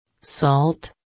Salt